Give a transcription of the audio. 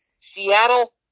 Seattle